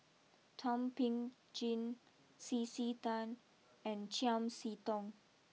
Thum Ping Tjin C C Tan and Chiam see Tong